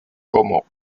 como